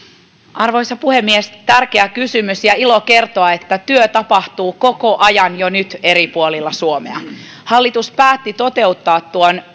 arvoisa puhemies tärkeä kysymys ja on ilo kertoa että työ tapahtuu koko ajan jo nyt eri puolilla suomea hallitus päätti toteuttaa